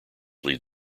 lead